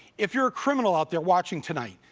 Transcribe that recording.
if you're a criminal out there watching tonight,